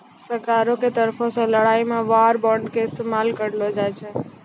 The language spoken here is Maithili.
सरकारो के तरफो से लड़ाई मे वार बांड के इस्तेमाल करलो जाय छै